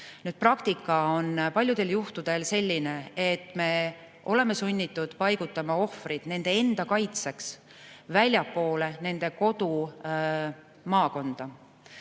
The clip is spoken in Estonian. Praktika on paljudel juhtudel selline, et me oleme sunnitud paigutama ohvrid nende enda kaitseks väljapoole nende kodumaakonda.